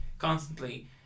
Constantly